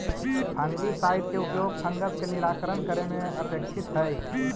fungicide के उपयोग fungus के निराकरण करे में अपेक्षित हई